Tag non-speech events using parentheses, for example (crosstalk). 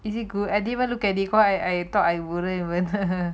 is it good I didn't even look at it cause I I thought I wouldn't even (laughs)